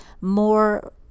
more